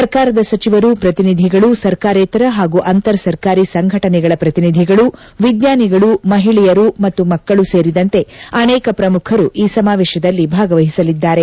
ಸರಕಾರದ ಸಚಿವರು ಪ್ರತಿನಿಧಿಗಳು ಸರಕಾರೇತರ ಹಾಗೂ ಅಂತರ ಸರಕಾರಿ ಸಂಘಟನೆಗಳ ಪ್ರತಿನಿಧಿಗಳು ವಿಜ್ಞಾನಿಗಳು ಮಹಿಳೆಯರು ಮತ್ತು ಮಕ್ಕಳು ಸೇರಿದಂತೆ ಅನೇಕ ಪ್ರಮುಖರು ಈ ಸಮಾವೇಶದಲ್ಲಿ ಭಾಗವಹಿಸಲಿದ್ದಾರೆ